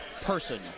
person